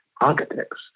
architects